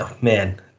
Man